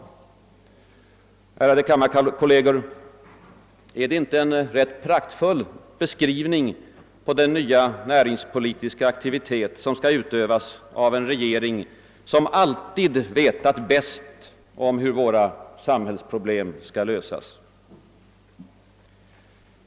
Ärade kammarkolleger! Är det inte en rätt praktfull beskrivning på den nya näringspolitiska aktivitet som skall utövas av en regering som alltid vetat bäst hur våra samhällsproblem skall lösas?